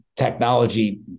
technology